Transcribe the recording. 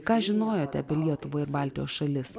ką žinojote apie lietuvą ir baltijos šalis